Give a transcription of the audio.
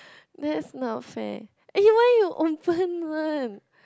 that's not fair eh when you open one